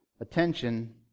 attention